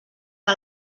que